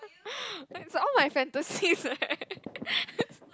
is all my fantasies eh